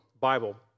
Bible